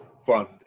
fund